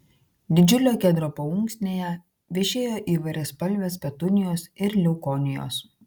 didžiulio kedro paunksnėje vešėjo įvairiaspalvės petunijos ir leukonijos